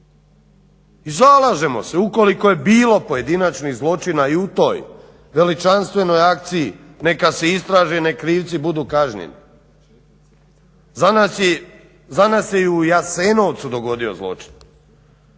I zalažemo se ukoliko je bilo pojedinačnih zločina i u toj veličanstvenoj akciji neka se istraži i neka krivci budu kažnjeni. Za nas se i u Jasenovcu dogodio zločin.